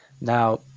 Now